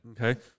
Okay